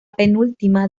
penúltima